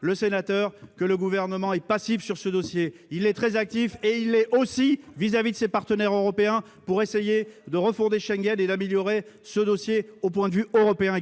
le sénateur, que le Gouvernement est passif sur ce dossier. Il l'est ! Il est très actif, et il l'est aussi à l'égard de ses partenaires européens, pour essayer de refonder l'espace Schengen et d'améliorer ce dossier également du point de vue européen.